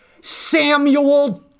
Samuel